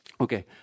Okay